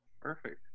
perfect